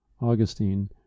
Augustine